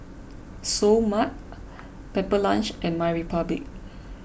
Seoul Mart Pepper Lunch and MyRepublic